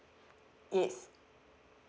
yes